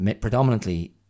predominantly